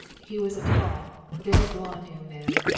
he was a tall, very blond young man,